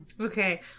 Okay